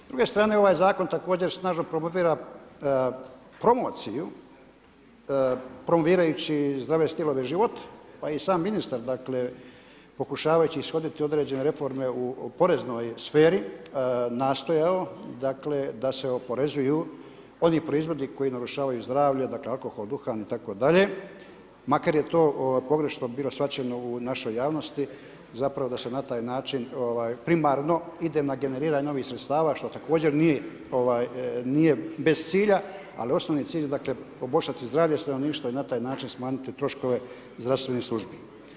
S druge strane ovaj zakon također snažno promovira promociju promovirajući zdrave stilova života, pa i sam ministar dakle pokušavaju ishoditi određene reforme u poreznoj sferi nastajao da se oporezuju oni proizvodi koji narušavaju zdravlje dakako kako duhan itd., makar je to pogrešno bilo shvaćeno u našoj javnost zapravo da se na taj način primarno ide na generiranje novih sredstava što također nije bez cilja ali osnovni cilj je dakle poboljšati zdravlje stanovništva i na taj način smanjiti troškove zdravstvenih službi.